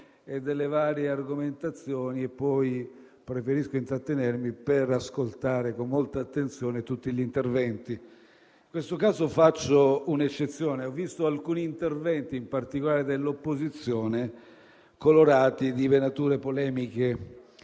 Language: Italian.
e delle varie argomentazioni, preferendo poi intrattenermi per ascoltare con molta attenzione tutti gli interventi. In questo caso ne approfitto e faccio un'eccezione. Ho ascoltato alcuni interventi, in particolare dell'opposizione, colorati di venature polemiche,